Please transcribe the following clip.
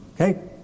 Okay